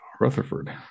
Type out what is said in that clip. Rutherford